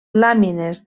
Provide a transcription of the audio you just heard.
làmines